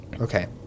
okay